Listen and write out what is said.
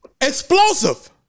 Explosive